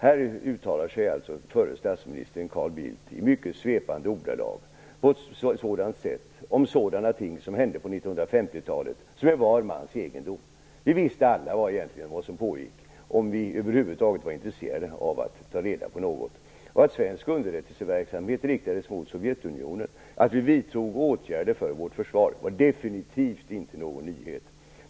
Här uttalar sig alltså statsminister Carl Bildt i mycket svepande ordalag om ting som hände på 1950-talet och som är var mans egendom. Vi visste egentligen alla vad som pågick, om vi över huvud taget var intresserade av att ta reda på något. Att svensk underrättelseverksamhet riktades mot Sovjetunionen, att vi vidtog åtgärder för vårt försvar, var definitivt inte någon nyhet.